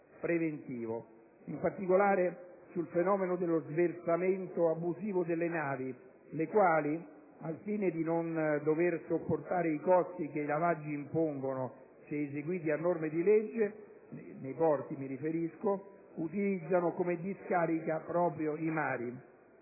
riferimento al fenomeno dello sversamento abusivo dalle navi, le quali, al fine di non dover sopportare i costi che i lavaggi impongono se eseguiti a norma di legge nei porti, utilizzano come discarica proprio i mari.